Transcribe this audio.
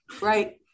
Right